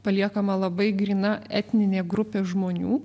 paliekama labai gryna etninė grupė žmonių